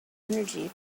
energy